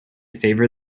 favor